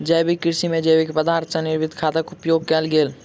जैविक कृषि में जैविक पदार्थ सॅ निर्मित खादक उपयोग कयल गेल